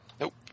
Nope